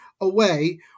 away